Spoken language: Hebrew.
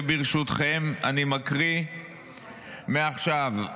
ברשותכם אני מקריא מעכשיו.